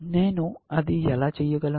నేను అది ఎలా చెయ్యగలను